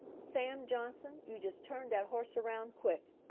sam johnson, you jest turn dat hoss around quick,